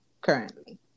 currently